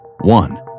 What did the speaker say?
One